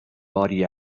باری